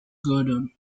gordon